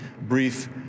brief